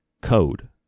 code